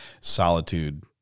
Solitude